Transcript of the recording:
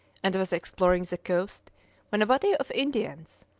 and was exploring the coast when a body of indians,